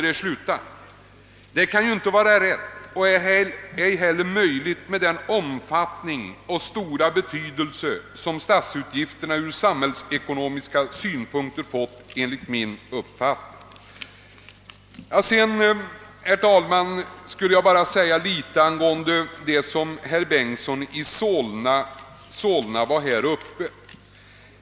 Detta kan inte vara riktigt med hänsyn till den stora samhällsekonomiska betydelse som statsutgifterna enligt min uppfattning fått. Så bara några ord om det som herr Bengtson i Solna nyss sade.